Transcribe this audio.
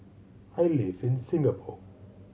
I live in Singapore